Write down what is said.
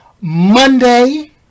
Monday